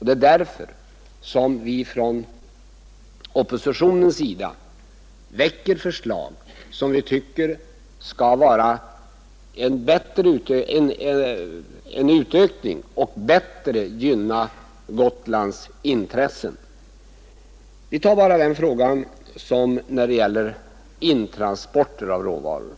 Det är därför som vi från oppositionens sida väcker förslag som vi anser bättre gynnar Gotlands intressen. Låt oss bara se på frågan om intransporter av råvaror.